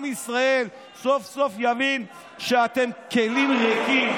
עם ישראל סוף-סוף יבין שאתם כלים ריקים,